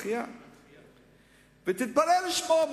ותתפלא לשמוע,